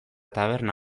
taberna